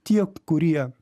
tie kurie